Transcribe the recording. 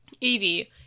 Evie